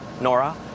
Nora